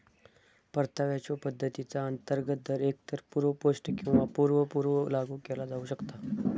परताव्याच्यो पद्धतीचा अंतर्गत दर एकतर पूर्व पोस्ट किंवा पूर्व पूर्व लागू केला जाऊ शकता